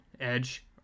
edge